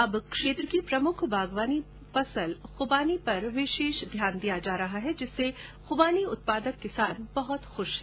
अब क्षेत्र की प्रमुख बागवानी फसल खुबानी पर विशेष ध्यान दिया जा रहा है जिससे खुबानी उत्पादक किसान बहत खुश हैं